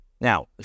Now